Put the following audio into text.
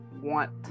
want